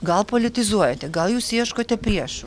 gal politizuojate gal jūs ieškote priešų